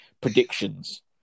predictions